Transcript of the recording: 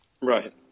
Right